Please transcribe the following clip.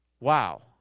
Wow